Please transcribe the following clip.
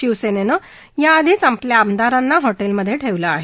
शिवसेनेनं याआधीच आपल्या आमदारांना हॉ क्रिमधे ठेवलं आहे